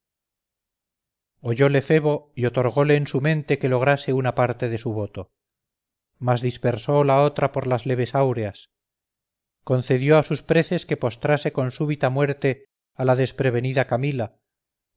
mi patria oyole febo y otorgole en su mente que lograse una parte de su voto mas dispersó la otra por las leves auras concedió a sus preces que postrase con súbita muerte a la desprevenida camila